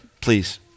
please